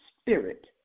Spirit